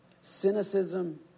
Cynicism